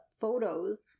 photos